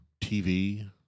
TV